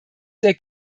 der